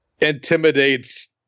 intimidates